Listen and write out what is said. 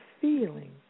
feeling